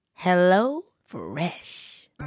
HelloFresh